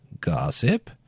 Gossip